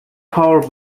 power